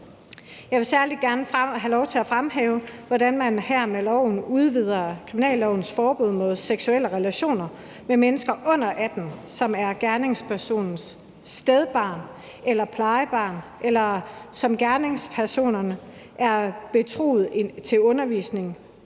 Jeg vil særlig gerne have lov til at fremhæve, hvordan man med loven her udvider kriminallovens forbud mod seksuelle relationer med mennesker under 18 år, som er gerningspersonens stedbarn eller plejebarn, eller som er gerningspersonen betroet til undervisning,